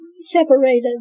separated